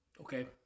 Okay